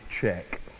check